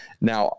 Now